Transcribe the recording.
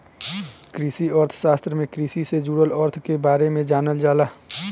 कृषि अर्थशास्त्र में कृषि से जुड़ल अर्थ के बारे में जानल जाला